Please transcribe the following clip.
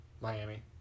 Miami